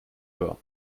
her